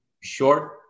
short